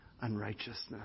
unrighteousness